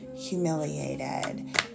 Humiliated